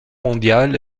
mondiale